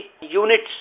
units